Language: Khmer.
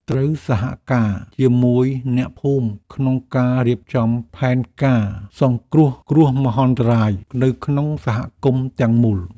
ត្រូវសហការជាមួយអ្នកភូមិក្នុងការរៀបចំផែនការសង្គ្រោះគ្រោះមហន្តរាយនៅក្នុងសហគមន៍ទាំងមូល។